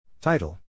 Title